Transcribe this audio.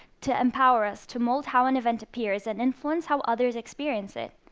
to empower us to mould how an event appears and influence how others experience it.